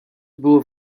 było